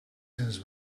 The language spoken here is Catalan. cents